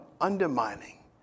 undermining